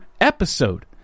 episode